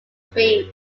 beads